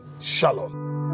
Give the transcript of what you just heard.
Shalom